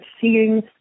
seeing